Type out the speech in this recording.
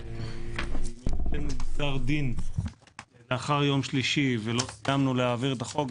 אם יינתן גזר דין לאחר יום שלישי ולא סיימנו להעביר את החוק,